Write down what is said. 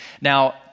Now